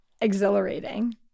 exhilarating